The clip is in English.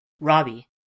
Robbie